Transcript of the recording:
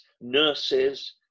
nurses